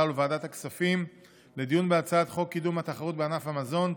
ולוועדת הכספים לדיון בהצעת חוק קידום התחרות בענף המזון (תיקון,